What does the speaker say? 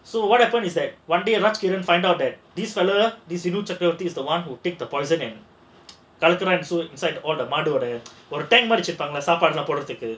so what happen is that one day find out that this fella is the one who take the poison and மாதிரி வச்சிருப்பாங்கல சாப்பாடுலாம் போடறதுக்கு:maadhiri vachiruppaangala saapaadulaam podrathukku